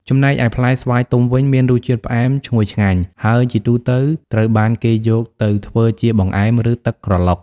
ចំណែកឯផ្លែស្វាយទុំវិញ មានរសជាតិផ្អែមឈ្ងុយឆ្ងាញ់ ហើយជាទូទៅត្រូវបានគេយកទៅធ្វើជាបង្អែម ឬទឹកក្រឡុក។